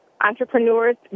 entrepreneurs